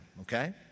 Okay